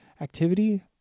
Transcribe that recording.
activity